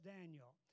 Daniel